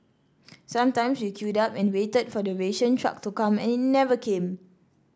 sometimes we queued up and waited for the ration truck to come and it never came